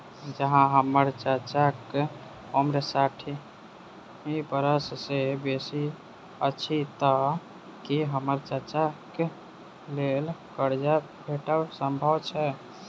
जँ हम्मर चाचाक उम्र साठि बरख सँ बेसी अछि तऽ की हम्मर चाचाक लेल करजा भेटब संभव छै?